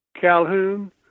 Calhoun